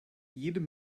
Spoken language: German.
jedem